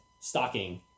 Stocking